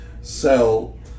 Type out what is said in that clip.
sell